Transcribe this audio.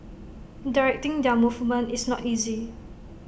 directing their movement is not easy